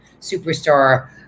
superstar